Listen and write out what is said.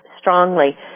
strongly